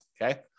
okay